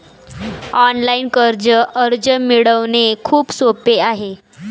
online कर्ज अर्ज मिळवणे खूप सोपे आहे